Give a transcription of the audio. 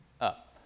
up